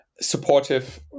supportive